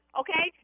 okay